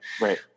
Right